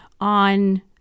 on